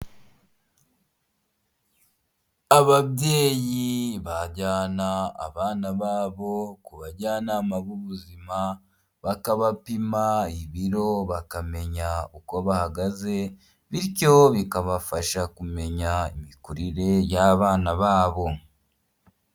Ababyeyi bajyana abana babo ku bajyanama b'ubuzima bakabapima ibiro bakamenya uko bahagaze bityo bikabafasha kumenya imikurire y'abana babo.